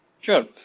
Sure